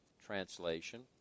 translation